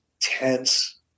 tense